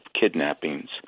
kidnappings